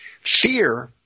Fear